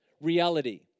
reality